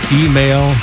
email